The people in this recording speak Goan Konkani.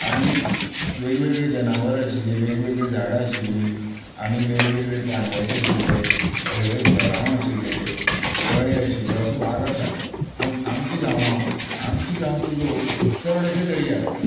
आनी वेगवेगळीं जनावरां आशिल्ली वेगवेगळी झाडां आशिल्ली आनी वेगवेगळें पानवटें आशिल्ले झरांव आशिल्लें तळें आशिल्लें असो भाग आसा पूण आमच्या गांवान आमचें गांवचें लोक चड अशें दर्यार येतात